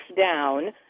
down